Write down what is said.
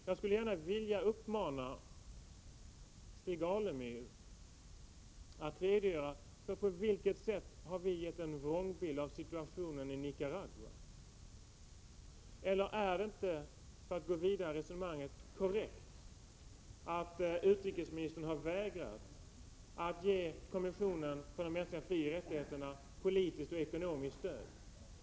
Jag skulle gärna vilja uppmana Stig Alemyr att redogöra för på vilket sätt vi har gett en vrångbild av situationen i Nicaragua. Och för att gå vidare i resonemanget: Är det inte korrekt att utrikesministern har vägrat att ge kommissionen för de mänskliga frioch rättigheterna politiskt och ekonomiskt stöd?